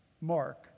mark